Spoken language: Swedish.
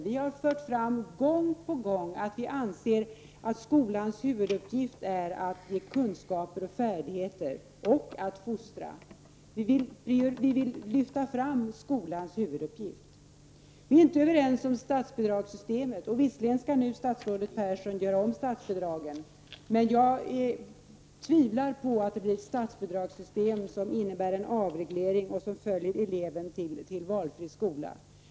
Vi har gång på gång fört fram att vi anser att skolans huvuduppgift är att ge kunskaper och färdigheter samt att fostra. Vi vill lyfta fram skolans huvuduppgift. Vi är inte heller överens om statsbidragssystemet. Visserligen skall statsrådet Persson nu göra om statsbidragen, men jag tvivlar på att det blir ett statsbidragssystem som innebär en avreglering och som följer eleven till valfri skola.